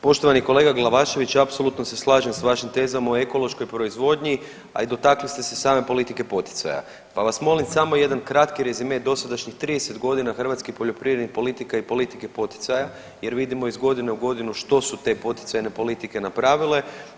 Poštovani kolega Glavašević, apsolutno se slažem s vašim tezama o ekološkoj proizvodnji, a i dotakli ste se same politike poticaja, pa vas molim samo jedan kratki rezime dosadašnjih 30.g. hrvatskih poljoprivrednih politika i politike poticaja jer vidimo iz godine u godinu što su te poticajne politike napravile?